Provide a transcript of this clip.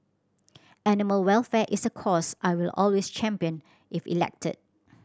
animal welfare is a cause I will always champion if elected